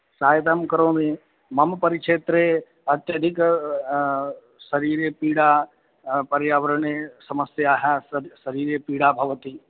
सहायतां करोमि मम परिक्षेत्रे अत्यधिकं शरीरे पीडा पर्यावरणे समस्याः सर् शरीरे पीडाः भवन्ति